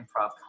improv